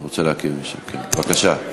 בבקשה.